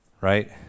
Right